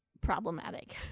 problematic